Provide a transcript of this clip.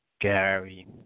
Gary